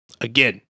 Again